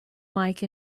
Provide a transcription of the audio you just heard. mike